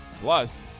Plus